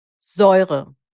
Säure